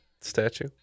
statue